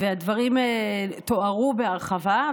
והדברים תוארו בהרחבה,